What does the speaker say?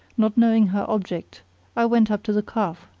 not knowing her object i went up to the calf,